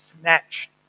snatched